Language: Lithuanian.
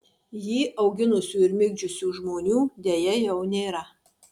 jį auginusių ir migdžiusių žmonių deja jau nėra